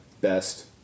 best